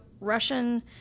Russian